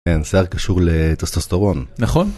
כן, סער קשור לטסטוסטרון. נכון.